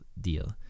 deal